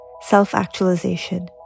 self-actualization